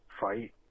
fight